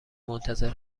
منتظر